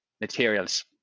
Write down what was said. materials